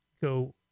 go